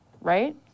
right